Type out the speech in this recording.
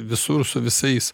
visur su visais